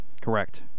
Correct